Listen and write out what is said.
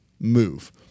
move